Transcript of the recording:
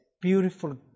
beautiful